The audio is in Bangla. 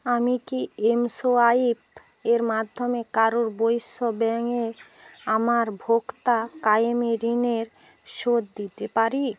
আমি কি এমসোয়াইপ এর মাধ্যমে কারুর বৈশ্য ব্যাঙ্কের আমার ভোক্তা কায়েমি ঋণের শোধ দিতে পারি